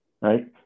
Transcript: Right